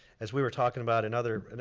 as we were talking about in other,